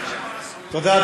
תודה.